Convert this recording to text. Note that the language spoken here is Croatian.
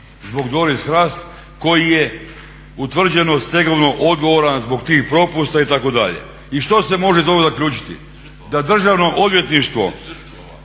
zbog Doris Hrast koji je utvrđeno stegovno odgovoran zbog tih propusta itd. I što se može iz toga zaključiti? Da Državno odvjetništvo